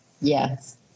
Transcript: Yes